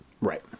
Right